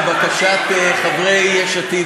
לבקשת חברי יש עתיד,